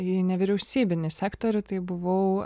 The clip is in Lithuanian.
į nevyriausybinį sektorių tai buvau